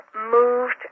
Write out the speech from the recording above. moved